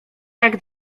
jak